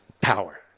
Power